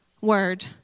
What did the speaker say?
word